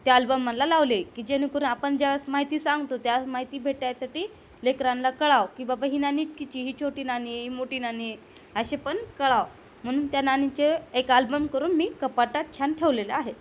त्या आल्बम मनला लावले की जेणेकरून आपण ज्यावेळेस माहिती सांगतो त्यावेळेस माहिती भेटायसाठी लेकरांना कळावं की बाबा ही नाणी इतकीची ही छोटी नाणी ही मोठी नाणी असे पण कळावं म्हणून त्या नाणीचे एक आल्बम करून मी कपाटात छान ठेवलेलं आहे